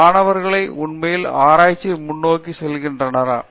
மாணவர்களைப் உண்மையில் ஆராய்ச்சியில் முன்னோக்கி செல்கிறார்களா